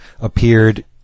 appeared